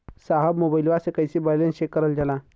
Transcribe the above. साहब मोबइलवा से कईसे बैलेंस चेक करल जाला?